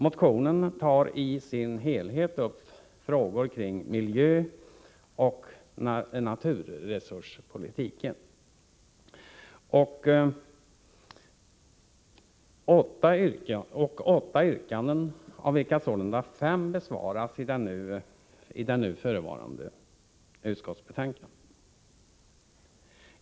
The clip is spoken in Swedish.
Motionen i sin helhet tar upp frågor kring miljöoch naturresurspolitiken och har åtta yrkanden, av vilka fem sålunda besvaras i det nu förevarande betänkandet.